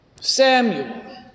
Samuel